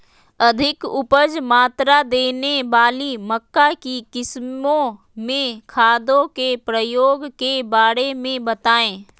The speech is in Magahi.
अधिक उपज मात्रा देने वाली मक्का की किस्मों में खादों के प्रयोग के बारे में बताएं?